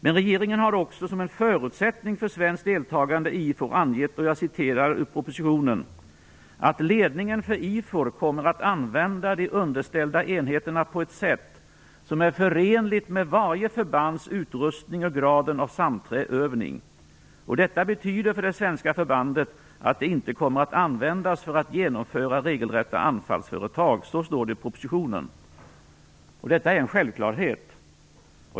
Men regeringen har också, som en förutsättning för svenskt deltagande i IFOR angett, och jag citerar ur propositionen: "--- att ledningen för IFOR kommer att använda de underställda enheterna på ett sätt som är förenligt med varje förbands utrustning och graden av samövning. Detta betyder för det svenska förbandet att det inte kommer att användas för att genomföra regelrätta anfallsföretag." Så står det i propositionen. Detta är en självklarhet.